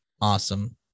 Awesome